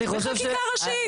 בחקיקה ראשית.